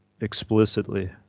explicitly